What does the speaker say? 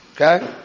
Okay